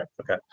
Okay